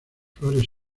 flores